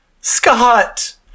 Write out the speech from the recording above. Scott